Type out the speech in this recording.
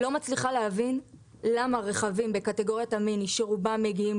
אני לא מצליחה להבין למה רכבים בקטגוריית המיני שרובם מגיעים